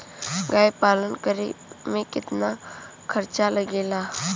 गाय पालन करे में कितना खर्चा लगेला?